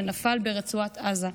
שנפל ברצועת עזה.